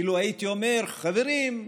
אילו הייתי אומר: חברים,